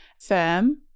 firm